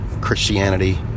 Christianity